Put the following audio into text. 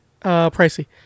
Pricey